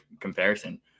comparison